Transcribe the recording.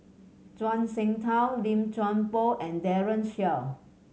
Zhuang Shengtao Lim Chuan Poh and Daren Shiau